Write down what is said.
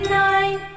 nine